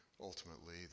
ultimately